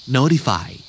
Notify